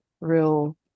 real